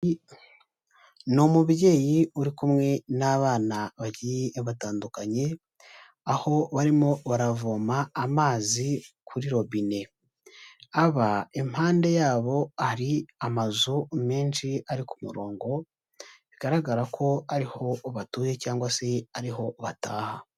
Ni umubyeyi uri kumwe n'abana bagiye batandukanye, aho barimo baravoma amazi kuri robine, aba impande yabo hari amazu menshi ari ku murongo, bigaragara ko ariho batuye cyangwa se ariho bataha.